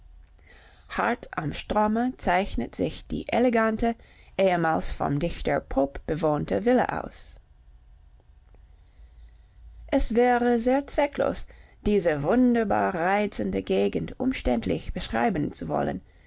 hart am strome zeichnet sich die elegante ehemals vom dichter pope bewohnte villa aus es wäre sehr zwecklos diese wunderbar reizende gegend umständlich beschreiben zu wollen